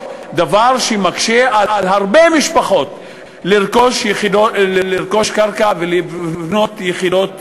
דבר שמקשה על הרבה משפחות לרכוש קרקע ולבנות יחידות דיור,